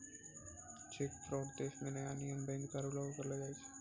cheque fraud देश म नया नियम बैंक द्वारा लागू करलो जाय छै